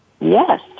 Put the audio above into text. Yes